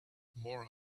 more